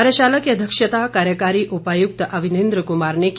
कार्यशाला की अध्यक्षता कार्यकारी उपायुक्त अवनिंद्र कुमार ने की